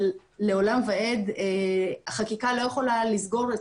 אבל לעולם ועד החקיקה לא יכולה לסגור את